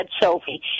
Sophie